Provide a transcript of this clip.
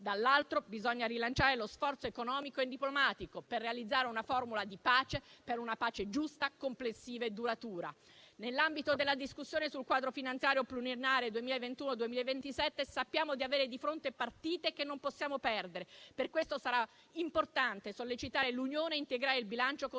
Dall'altro, bisogna rilanciare lo sforzo economico e diplomatico, per realizzare una formula di pace, per una pace giusta, complessiva e duratura. Nell'ambito della discussione sul quadro finanziario pluriennale 2021-2027 sappiamo di avere di fronte partite che non possiamo perdere. Per questo sarà importante sollecitare l'Unione a integrare il bilancio con